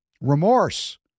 remorse